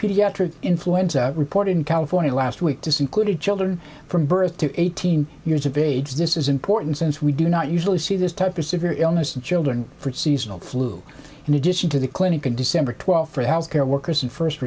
pediatric influenza reported in california last week this included children from birth to eighteen years of age this is important since we do not usually see this type of severe illness and children for seasonal flu in addition to the clinic in december twelfth for health care workers and first